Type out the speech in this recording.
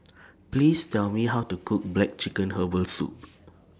Please Tell Me How to Cook Black Chicken Herbal Soup